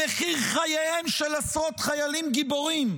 במחיר חייהם של עשרות חיילים גיבורים,